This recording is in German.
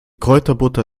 kräuterbutter